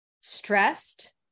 stressed